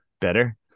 Better